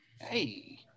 Hey